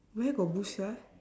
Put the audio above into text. where got bush sia